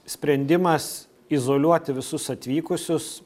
sprendimas izoliuoti visus atvykusius